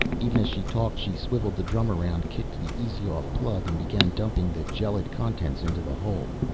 even as she talked she swiveled the drum around, kicked the easy-off plug, and began dumping the gelid contents into the hole.